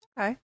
okay